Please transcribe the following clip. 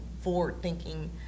forward-thinking